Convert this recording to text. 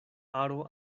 aro